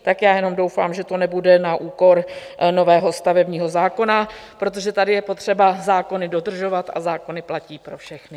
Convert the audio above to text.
Tak já jenom doufám, že to nebude na úkor nového stavebního zákona, protože tady je potřeba zákony dodržovat a zákony platí pro všechny.